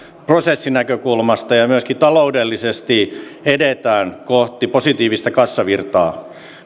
prosessinäkökulmasta ja myöskin taloudellisesti edetään kohti positiivista kassavirtaa